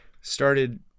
started